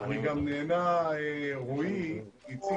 אני גם מודה לחבר הכנסת ברוכי שלא דיבר איתי קודם,